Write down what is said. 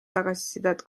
tagasisidet